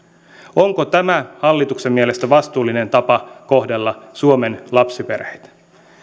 onko tämä hallituksen mielestä vastuullinen tapa kohdella suomen lapsiperheitä me